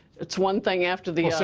it's one thing after the so